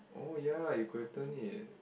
oh ya you could have turn it